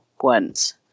ones